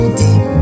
deep